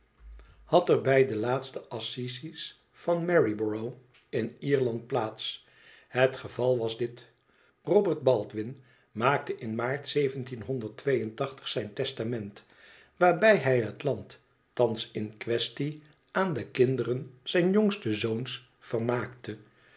had er igo onze wedkrzijdschb vriend bij de laatste assises van marybourgh in ierland plaats het geval was dit robert baldwin maakte in aart zijn testament waarbij hij het land thans in quaestie aan de kinderen zijns jongsten zoons vermaakte